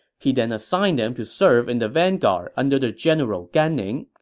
he then assigned them to serve in the vanguard under the general gan ning.